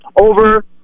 over